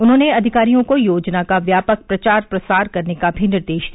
उन्होंने अधिकारियों को योजना का व्यापक प्रचार प्रसार करने का भी निर्देश दिया